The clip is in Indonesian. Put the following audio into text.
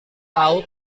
tahu